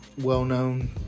well-known